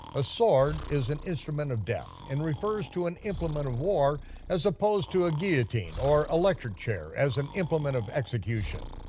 a sword is an instrument of death, and refers to an implement of war as opposed to a guillotine or electric chair as an implement of execution.